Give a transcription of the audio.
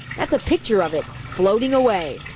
that's a picture of it, floating away.